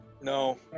No